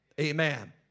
Amen